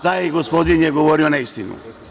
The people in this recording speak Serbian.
Taj gospodin je govorio neistinu.